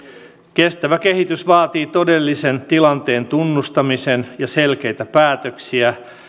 kestävä kehitys vaatii todellisen tilanteen tunnustamisen ja selkeitä päätöksiä